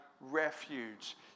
refuge